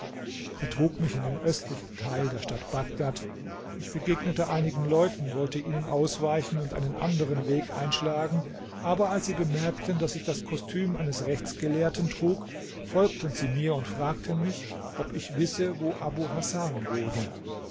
er trug mich in den östlichen teil der stadt bagdad ich begegnete einigen leuten wollte ihnen ausweichen und einen anderen weg einschlagen aber als sie bemerkten daß ich das kostüm eines rechtsgelehrten trug folgten sie mir und fragten mich ob ich wisse wo abu hasan wohne